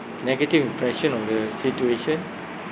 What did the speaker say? negative impression of the situation